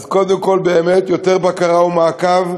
אז קודם כול, באמת יותר בקרה ומעקב.